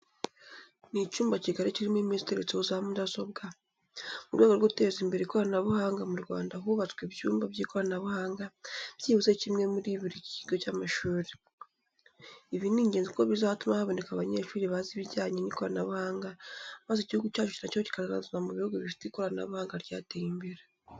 Ni icyumba kigari kirimo imeza iteretseho za mudasobwa. Mu rwego rwo guteza imbere ikoranabuhanga mu Rwanda hubatswe ibyumba by'ikoranabuhanga, byibuze kimwe muri buri kigo cy'amashuri. Ibi ni ingenzi kuko bizatuma haboneka abanyeshuri bazi ibyijyanye n'ikoranabuhanga, maze Igihugu cyacu na cyo kikaza mu bihugu bifite ikoranabuhanga ryateye imbere.